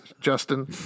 Justin